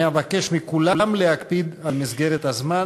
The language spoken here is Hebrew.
אני אבקש מכולם להקפיד על מסגרת הזמן